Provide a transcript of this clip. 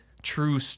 true